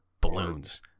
Balloons